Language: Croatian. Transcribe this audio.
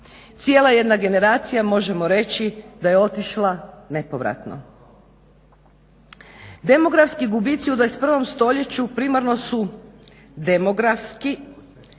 Cijela jedna generacija možemo reći da je otišla nepovratno. Demografski dubici u 21.stoljeću primarno su demografski